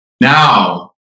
Now